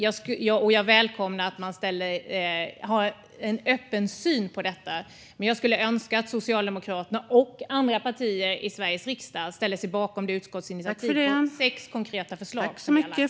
Jag välkomnar en öppen syn på frågan, men jag önskar att Socialdemokraterna och andra partier i Sveriges riksdag ställer sig bakom utskottsinitiativet och de sex konkreta förslagen.